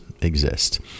exist